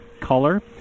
color